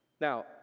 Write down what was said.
now